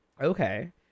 Okay